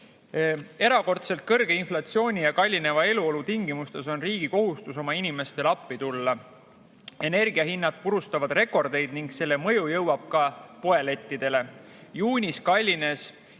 Erakordselt kõrge inflatsiooni ja kallineva eluolu tingimustes on riigi kohustus oma inimestele appi tulla. Energia hinnad purustavad rekordeid ning selle mõju jõuab ka poelettidele. Juunis kallines